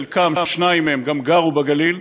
שניים מהם גם גרו בגליל,